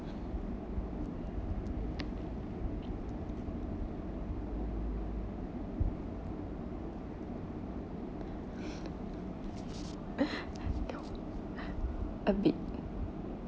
a bit